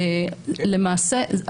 למעשה,